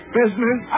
business